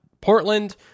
Portland